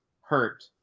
hurt